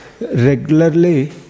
regularly